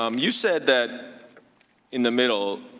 um you said that in the middle,